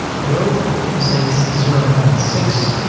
go and say it's zero point six,